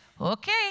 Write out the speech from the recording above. Okay